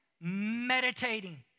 meditating